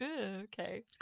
okay